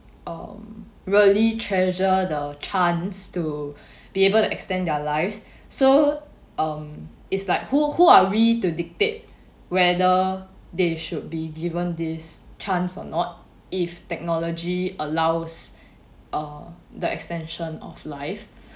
um really treasure the chance to be able to extend their lives so um it's like who who are we to dictate whether they should be given this chance or not if technology allows uh the extension of life